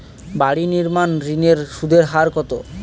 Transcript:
বাড়ি নির্মাণ ঋণের সুদের হার কত?